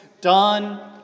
done